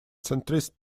centrist